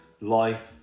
life